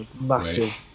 massive